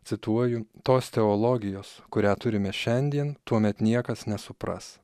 cituoju tos teologijos kurią turime šiandien tuomet niekas nesupras